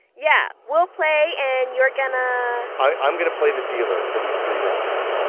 yeah. we'll play and you're gonna, i'm going to play the dealer for these three rounds.